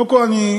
קודם כול אמרתי,